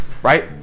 right